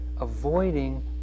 avoiding